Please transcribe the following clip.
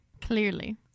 Clearly